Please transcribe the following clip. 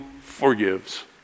forgives